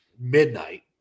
midnight